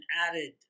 added